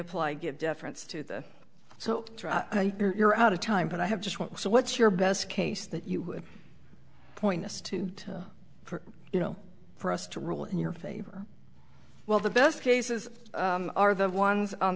apply give deference to the so you're out of time but i have just one so what's your best case that you would point us to you know for us to rule in your favor well the best cases are the ones on